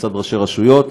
מצד ראשי רשויות,